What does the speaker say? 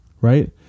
Right